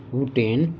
بھوٹین